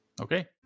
Okay